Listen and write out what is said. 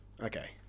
Okay